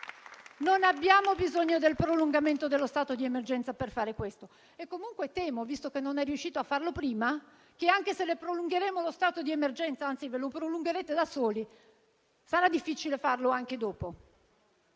Non abbiamo bisogno del prolungamento dello stato di emergenza per fare questo e comunque temo, visto che non è riuscito a farlo prima, che anche se le prolungheremo lo stato di emergenza, anzi, ve lo prolungherete da soli, sarà difficile farlo anche dopo.